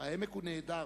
"העמק הוא נהדר,